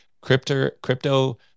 Crypto